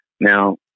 Now